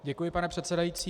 Děkuji, pane předsedající.